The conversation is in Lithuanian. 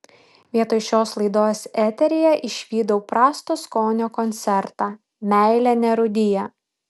vietoj šios laidos eteryje išvydau prasto skonio koncertą meilė nerūdija